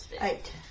Eight